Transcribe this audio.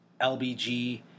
LBG